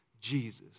Jesus